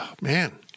Man